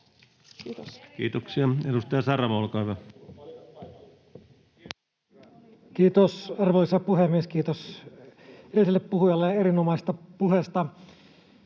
lakiesitystä. Kiitoksia. — Edustaja Saramo, olkaa hyvä. Kiitos, arvoisa puhemies! Kiitos edelliselle puhujalle erinomaisesta puheesta.